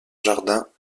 jardins